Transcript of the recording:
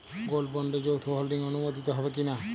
Gold বন্ডে যৌথ holding অনুমোদিত হবে কিনা?